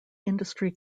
industry